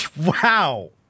Wow